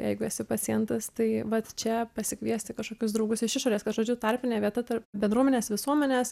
jeigu esi pacientas tai vat čia pasikviesti kažkokius draugus iš išorės kad žodžiu tarpinė vieta tarp bendruomenės visuomenės